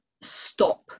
stop